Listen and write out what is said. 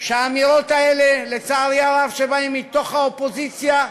שהאמירות האלה, שלצערי הרב באות מתוך האופוזיציה,